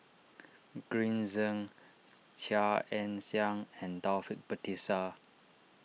Green Zeng Chia Ann Siang and Taufik Batisah